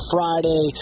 Friday